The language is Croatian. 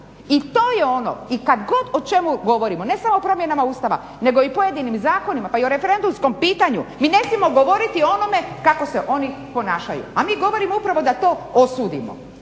i to je ono i kadgod o čemu govorimo ne samo o promjenama Ustava nego i o pojedinim zakonima pa i o referendumskom pitanju. Mi ne smijemo govoriti o onome kako se oni ponašaju, a mi govorimo upravo da to osudimo.